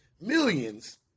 millions